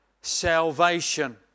salvation